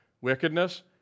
Wickedness